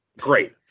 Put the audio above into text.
Great